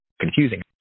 confusing